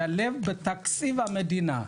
לשלב בתקציב המדינה,